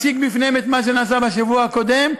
הוא מציג בפניהם את מה שנעשה בשבוע הקודם,